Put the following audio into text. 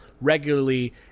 regularly